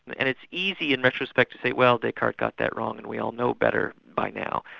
and it's easy in retrospect to say, well, descartes got that wrong and we all know better by now.